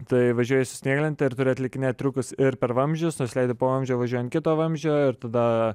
tai važiuoji su snieglente ir turi atlikinėt triukus ir per vamzdžius nusileidi po vamzdžio važiuoji ant kito vamzdžio ir tada